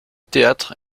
théâtre